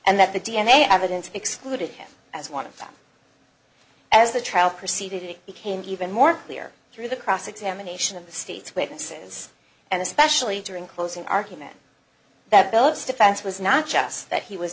and that the d n a evidence excluded him as one of them as the trial proceeded it became even more clear through the cross examination of the state's witnesses and especially during closing argument that billups defense was not just that he was